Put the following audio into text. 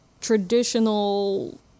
traditional